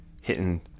hitting